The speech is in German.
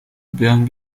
wären